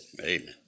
Amen